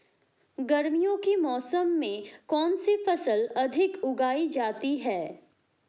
गर्मियों के मौसम में कौन सी फसल अधिक उगाई जाती है?